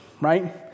right